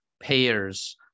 payers